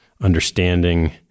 understanding